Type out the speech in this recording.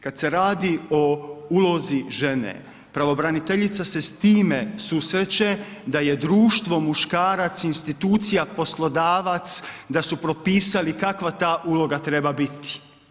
Kad se radi o ulozi žene pravobraniteljica se s time susreće da je društvo muškarac, institucija, poslodavac, da su propisali kakva ta uloga treba biti.